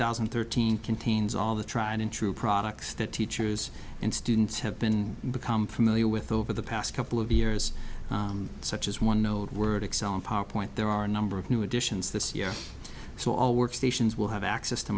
thousand and thirteen means all the tried and true products that teachers and students have been become familiar with over the past couple of years such as one no word excel and powerpoint there are a number of new additions this year so all workstations will have access to